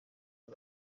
iyo